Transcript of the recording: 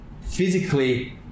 physically